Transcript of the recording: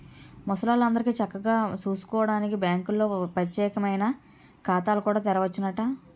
ముసలాల్లందరికీ చక్కగా సూసుకోడానికి బాంకుల్లో పచ్చేకమైన ఖాతాలు కూడా తెరవచ్చునట